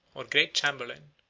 or great chamberlain,